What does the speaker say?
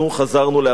לערי אלוקינו.